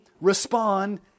respond